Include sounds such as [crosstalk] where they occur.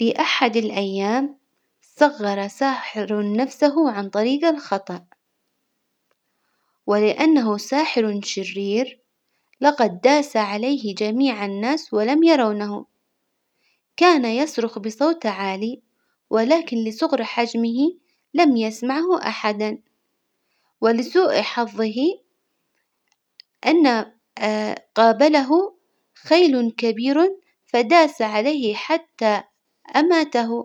في أحد الأيام صغر ساحر نفسه عن طريج الخطأ، ولأنه ساحر شرير لقد داس عليه جميع الناس ولم يرونه، كان يصرخ بصوت عالي، ولكن لصغر حجمه لم يسمعه أحدا، ولسوء حظه أن [hesitation] قابله خيل كبير فداس عليه حتى أماته.